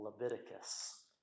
Leviticus